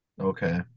Okay